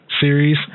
series